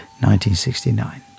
1969